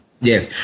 Yes